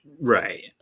Right